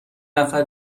نفر